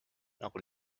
nagu